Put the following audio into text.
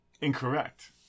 Incorrect